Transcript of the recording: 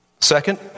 Second